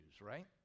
right